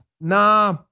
nah